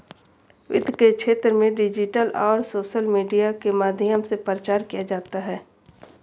वित्त के क्षेत्र में डिजिटल और सोशल मीडिया के माध्यम से प्रचार किया जाता है